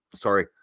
sorry